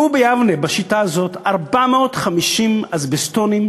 בשיטה הזאת פונו ביבנה 450 אזבסטונים,